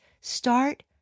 start